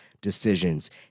decisions